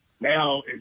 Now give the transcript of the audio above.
Now